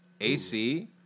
AC